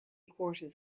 quarters